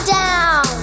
down